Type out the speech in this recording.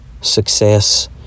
Success